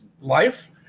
life